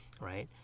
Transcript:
right